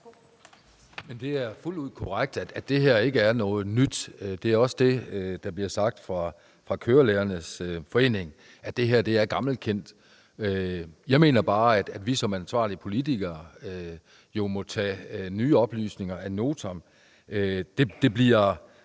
det er fuldt ud korrekt, at det her ikke er noget nyt. Det er også det, der bliver sagt fra kørelærernes forening, altså at det her er gammelkendt. Jeg mener bare, at vi som ansvarlige politikere jo må tage nye oplysninger ad notam. Det bliver